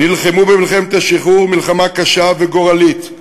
נלחמו במלחמת השחרור מלחמה קשה וגורלית,